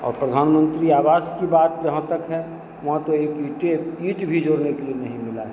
और प्रधानमंत्री आवास की बात जहाँ तक है वहाँ तो एक ईटे ईंट भी जोड़ने के लिए नहीं मिला है